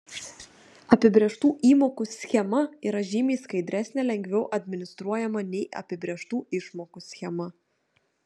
apibrėžtų įmokų schema yra žymiai skaidresnė lengviau administruojama nei apibrėžtų išmokų schema